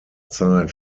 zeit